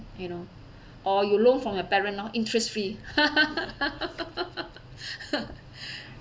you know or you loan from your parent loh interest fee